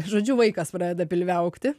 žodžiu vaikas pradeda pilve augti